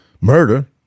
murder